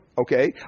okay